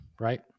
Right